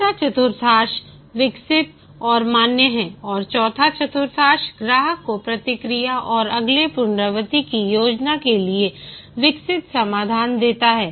तीसरा चतुर्थांश विकसित और मान्य है और चौथा चतुर्थांश ग्राहक को प्रतिक्रिया और अगले पुनरावृत्ति की योजना के लिए विकसित समाधान देता है